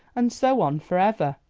and so on for ever,